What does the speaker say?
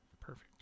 perfect